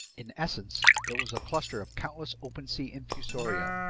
in essence, it was a cluster of countless open-sea infusoria,